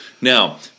Now